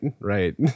Right